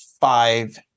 five